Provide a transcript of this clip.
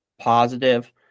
positive